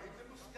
אבל אם זה מוסכם,